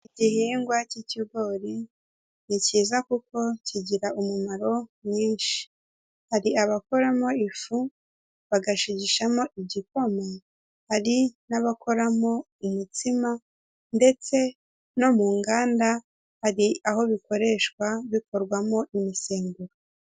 Igihingwa cy'ikigori ni cyiza kuko kigira umumaro mwinshi, hari abakoramo ifu bagashigishamo igikoma, hari n'abakoramo umutsima, ndetse no mu nganda hari aho bikoreshwa bikorwamo imisemburo.